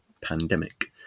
pandemic